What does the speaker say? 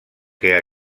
que